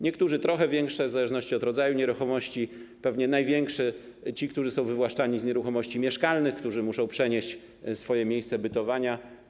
Niektórzy trochę większe, w zależności od rodzaju nieruchomości, pewnie największe ci, którzy są wywłaszczani z nieruchomości mieszkalnych, którzy muszą przenieść swoje miejsce bytowania.